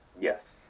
Yes